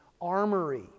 armory